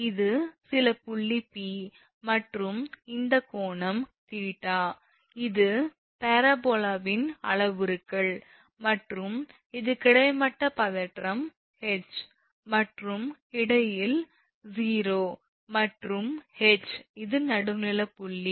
இது சில புள்ளி 𝑃 மற்றும் இந்த கோணம் 𝑡ℎ𝑒𝑡𝑎 இது பரபோலாவின் அளவுருக்கள் மற்றும் இது கிடைமட்ட பதற்றம் 𝐻 மற்றும் இடையில் 𝑂 மற்றும் 𝑃 இது நடுப்புள்ளி